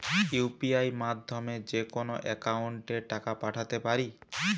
UPI মাধ্যমে যেকোনো একাউন্টে টাকা পাঠাতে পারি?